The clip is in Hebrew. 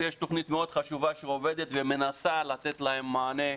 ויש תוכנית מאוד חשובה שעובדת ומנסה לתת להם מענה,